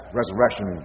resurrection